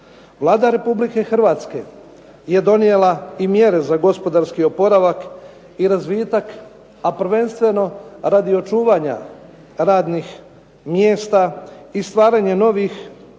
Vlada Republike Hrvatske je donijela i mjere za gospodarski oporavak i razvitak a prvenstveno radi očuvanja radnih mjesta i stvaranje novih uvjeta